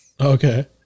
Okay